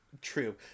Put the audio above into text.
true